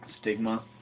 Stigma